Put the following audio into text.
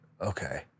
Okay